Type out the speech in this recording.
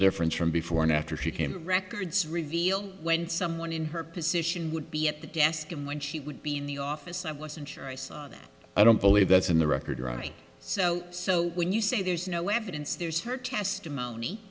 difference from before and after she came records reveal when someone in her position would be at the desk and when she would be in the office i wasn't sure i saw that i don't believe that's in the record right so so when you say there's no evidence there's her testimony